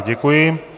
Děkuji.